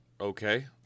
Okay